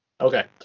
Okay